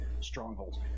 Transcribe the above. strongholds